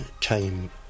time